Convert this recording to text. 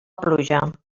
pluja